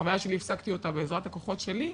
בחוויה שלי הפסקתי אותה בעזרת הכוחות שלי,